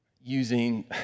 using